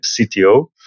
CTO